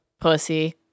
pussy